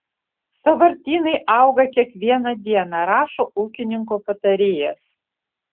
sąvartynai auga kiekvieną dieną rašo ūkininko patarėjas